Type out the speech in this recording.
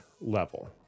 level